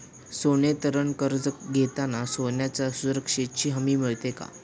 सोने तारण कर्ज घेताना सोन्याच्या सुरक्षेची हमी मिळते का?